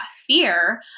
fear